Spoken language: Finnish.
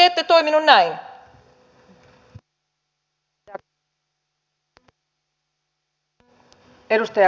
miksi te ette toimineet näin